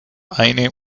eine